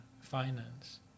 finance